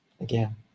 again